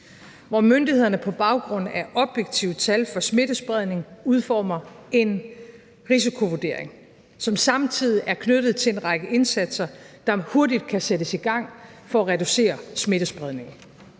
hvor myndighederne på baggrund af objektive tal for smittespredning udformer en risikovurdering, som samtidig er knyttet til en række indsatser, der hurtigt kan sættes i gang for at reducere smittespredningen.